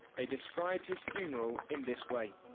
they described his funeral in this way.